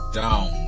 down